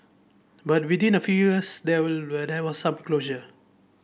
but within a few years there were there was some closure